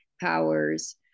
Powers